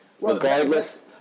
Regardless